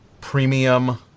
premium